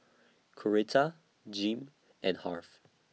Coretta Jim and Harve